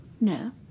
no